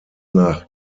nach